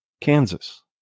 Kansas